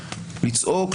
לצעוק,